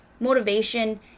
motivation